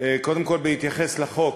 קודם כול, בהתייחס לחוק,